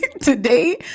today